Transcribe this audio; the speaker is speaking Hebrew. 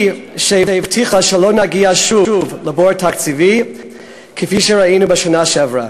שהבטיחה שלא נגיע שוב לבור תקציבי כפי שראינו בשנה שעברה.